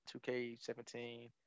2K17